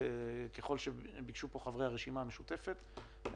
ככל שביקשו פה חברי הרשימה המשותפת,